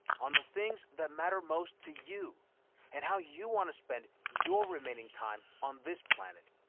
on the things that matter most to you and how you want to spend your remaining time on this planet.